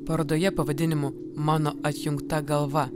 parodoje pavadinimu mano atjungta galva